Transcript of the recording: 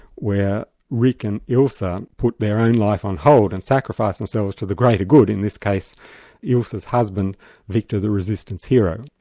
where rick and ilsa put their own life on hold and sacrifice themselves to the greater good, in this case isla's husband victor, the resistance hero.